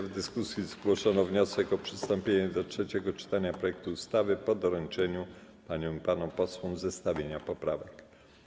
W dyskusji zgłoszono wniosek o przystąpienie do trzeciego czytania projektu ustawy po doręczeniu paniom i panom posłom zestawienia poprawek.